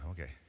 Okay